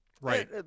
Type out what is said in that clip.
right